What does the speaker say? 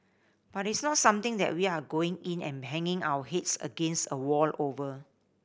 but it's not something that we are going in and banging our heads against a wall over